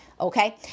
okay